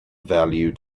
value